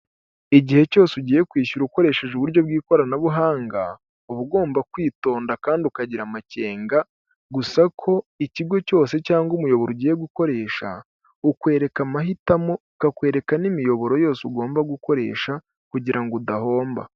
Igihe cyose ugiye kwishyura ukoresheje uburyo bw'ikoranabuhanga, uba ugomba kwitonda kandi ukagira amakenga gusa ko ikigo cyose cyangwa umuyoboro ugiye gukoresha, ukwereka amahitamo, ukakwereka n'imiyoboro yose ugomba gukoresha kugira ngo udahomba.